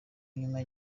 nyuma